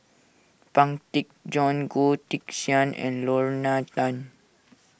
Pang Teck Joon Goh Teck Sian and Lorna Tan